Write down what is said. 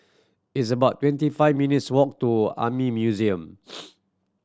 it's about twenty five minutes walk to Army Museum